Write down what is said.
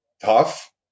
tough